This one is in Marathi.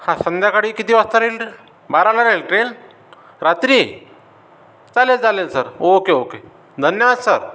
हां संध्याकाळी किती वाजता राहील बाराला राहील ट्रेन रात्री चालेल चालेल सर ओके ओके धन्यवाद सर